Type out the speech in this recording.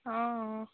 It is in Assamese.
অঁ অঁ